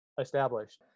established